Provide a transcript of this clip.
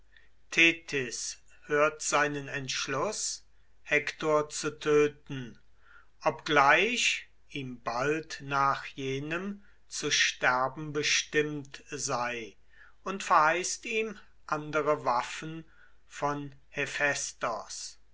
seinen entschluß hektor zu töten obgleich ihm bald nach jenem zu sterben bestimmt sei und verheißt ihm andere waffen von